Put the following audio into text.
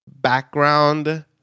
background